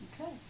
Okay